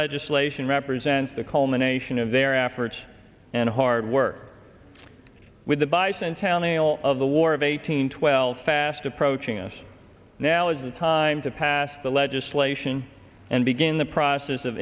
legislation represents the culmination of their efforts and hard work with the bison townie all of the war of eighteen twelve fast approaching us now is the time to pass the legislation and begin the process of